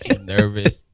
Nervous